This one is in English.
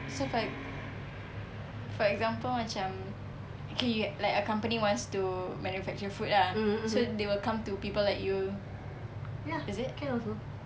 so for ex~ for example macam okay you like a company wants to manufacture food ah so they will come to people like you is it